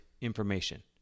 information